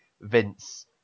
Vince